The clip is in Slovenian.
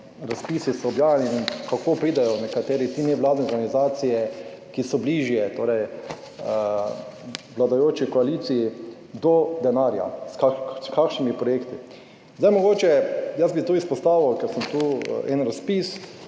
razpisi so objavljeni in kako pridejo nekateri, te nevladne organizacije, ki so bližje torej vladajoči koaliciji do denarja? S kakšnimi projekti? Zdaj mogoče, jaz bi tu izpostavil, ker sem tu en razpis.